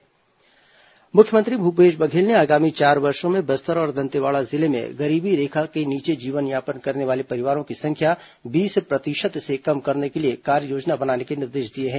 मुख्यमंत्री कार्ययोजना मुख्यमंत्री भूपेश बघेल ने आगामी चार वर्षो में बस्तर और दन्तेवाड़ा जिले में गरीबी रेखा के नीचे जीवनयापन करने वाले परिवारों की संख्या बीस प्रतिशत से कम करने के लिए कार्ययोजना बनाने के निर्देश दिए हैं